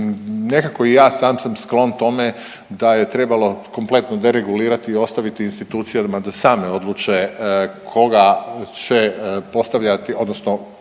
nekako i ja sam sam sklon tome da je trebalo kompletno deregulirati i ostaviti institucijama da same odluče koga će postavljati odnosno